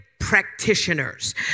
practitioners